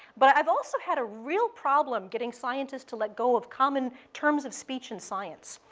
but i've also had a real problem getting scientists to let go of common terms of speech in science.